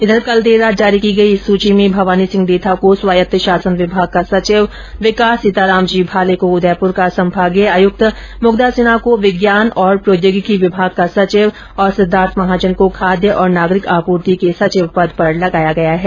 इधर कल देर रात जारी की गई इस सूची में भवानी सिंह देथा को स्वायत्त शासन विभाग का सचिव विकास सीतारामजी भाले को उदयपुर का संभागीय आयुक्त मुग्धा सिन्हा को विज्ञान एवं प्रौद्योगिकी विभाग का सचिव सिद्दार्थ महाजन को खाद्य एवं नागरिक आपूर्ति के सचिव पद पर लगाया गया है